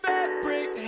fabric